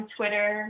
Twitter